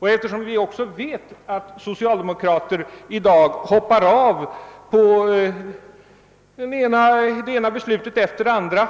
Vi har under den senaste tiden sett att socialdemokrater gått ifrån partilinjen beträffande det ena beslutet efter det andra.